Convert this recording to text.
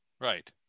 Right